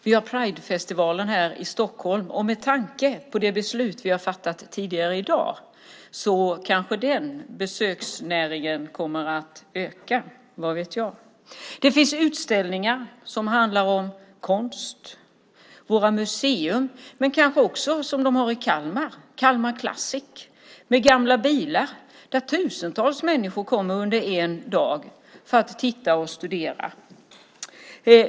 Vi har Pridefestivalen här i Stockholm, och med tanke på det beslut vi har fattat tidigare i dag kanske den besöksnäringen kommer att öka - vad vet jag. Det finns utställningar på våra museer som handlar om konst, och i Kalmar har man Calmar Classic med gamla bilar där tusentals människor kommer under en dag för att titta och studera.